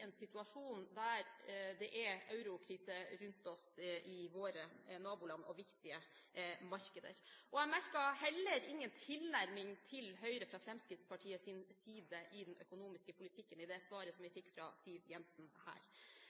en situasjon der det er eurokrise rundt oss i våre naboland og viktige markeder. Jeg merket heller ingen tilnærming til Høyre fra Fremskrittspartiets side i den økonomiske politikken i det svaret som vi fikk fra Siv Jensen her.